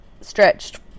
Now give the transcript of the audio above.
stretched